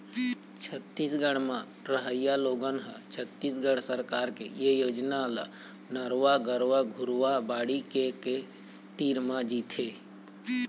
छत्तीसगढ़ म रहइया लोगन ह छत्तीसगढ़ सरकार के ए योजना ल नरूवा, गरूवा, घुरूवा, बाड़ी के के तीर म जीथे